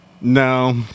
No